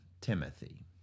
Timothy